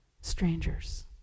strangers